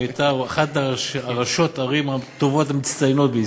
שהייתה אחת מראשות הערים הטובות והמצטיינות בישראל,